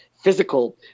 physical